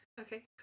Okay